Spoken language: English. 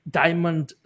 diamond